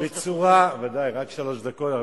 בוודאי, רק שלוש דקות.